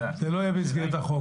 זה לא יהיה במסגרת החוק,